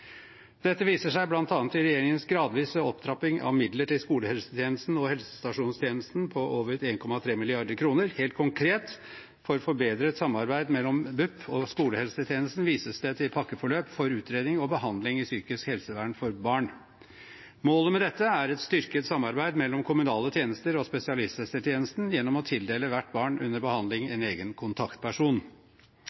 Dette viser seg bl.a. i regjeringens gradvise opptrapping av midler til skolehelsetjenesten og helsestasjonstjenesten på over 1,3 mrd. kr. Helt konkret for forbedret samarbeid mellom BUP og skolehelsetjenesten vises det til pakkeforløp for utredning og behandling i psykisk helsevern for barn. Målet med dette er et styrket samarbeid mellom kommunale tjenester og spesialisthelsetjenesten gjennom å tildele hvert barn under behandling